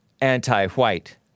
anti-white